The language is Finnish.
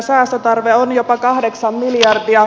säästötarve on jopa kahdeksan miljardia